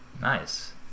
Nice